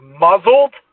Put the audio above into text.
muzzled